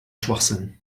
schwachsinn